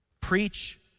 preach